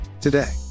Today